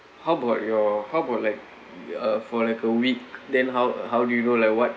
how about your how about like uh for like a week then how how do you know like what